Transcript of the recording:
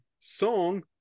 song